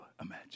imagine